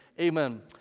amen